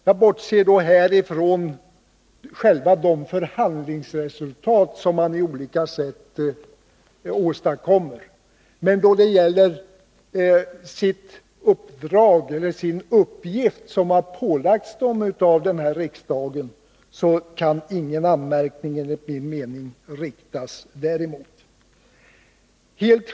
Jag uttalar mig då inte om själva förhandlingsresultaten, men mot fullföljandet av den uppgift som ålagts hyresgäströrelsen av riksdagen kan enligt min mening ingen anmärkning riktas.